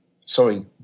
Sorry